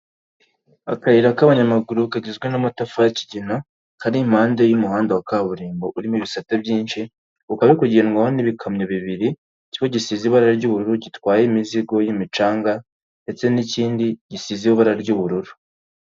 Akayira k'abanyamaguru kagizwe n'amatafa y'ikigina, kari impande y'umuhanda wa kaburimbo urimo ibisate byinshi. Ukaba uri kugedwaho n'ibikamyo bibiri, kimwe gisize ibara ry'ubururu gitwaye imizigo y'imicanga, ndetse n'ikindi gisize ibara ry'ubururu.